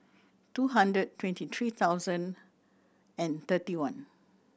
two hundred twenty three thousand and thirty one